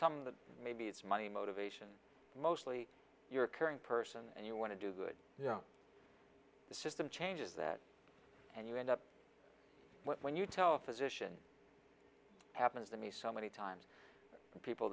some the maybe it's money motivation mostly you're caring person and you want to do good the system changes that and you end up when you tell a physician happens to me so many times people